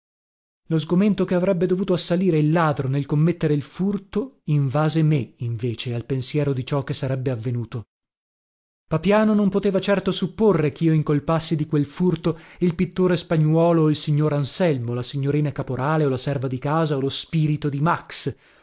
lo sgomento che avrebbe dovuto assalire il ladro nel commettere il furto invase me invece al pensiero di ciò che sarebbe avvenuto papiano non poteva certo supporre chio incolpassi di quel furto il pittore spagnuolo o il signor anselmo la signorina caporale o la serva di casa o lo spirito di max